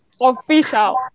official